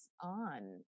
on